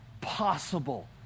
possible